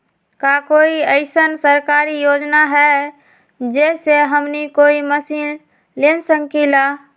का कोई अइसन सरकारी योजना है जै से हमनी कोई मशीन ले सकीं ला?